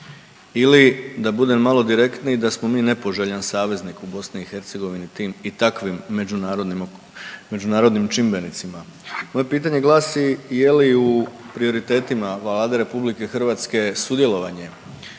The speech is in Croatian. ili da budem malo direktniji da smo mi nepoželjan saveznik u BiH tim i takvim međunarodnim, međunarodnim čimbenicima. Moje pitanje glasi je li u prioritetima Vlade RH sudjelovanje